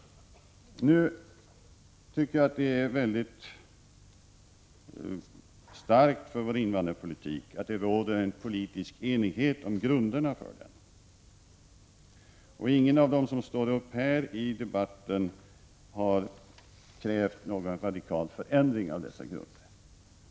Jag tycker att det stärker vår invandrarpolitik att det råder en politisk enighet om grunderna för den. Ingen av dem som står upp här i debatten har krävt någon radikal förändring av dessa grunder.